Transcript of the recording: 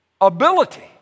ability